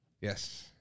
Yes